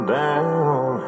down